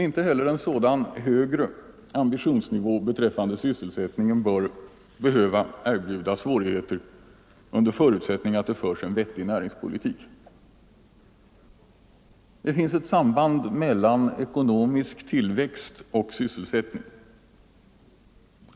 Inte heller en högre ambitionsnivå beträffande sysselsättningen behöver erbjuda svårigheter under förutsättning att det förs en vettig näringspolitik. Det finns ett samband mellan ekonomisk tillväxt och sysselsättning.